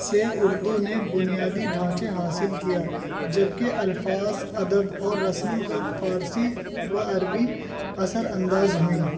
سے اردو نے بنیادی ڈھانچے حاصل کیا جبکہ الفاظ ادب اور رسم الخط فارسی و عربی اثر انداز ہوئیں